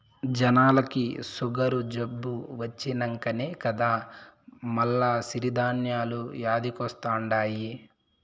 జనాలకి సుగరు జబ్బు వచ్చినంకనే కదా మల్ల సిరి ధాన్యాలు యాదికొస్తండాయి